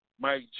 Mike